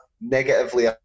negatively